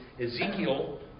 Ezekiel